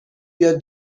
بیاد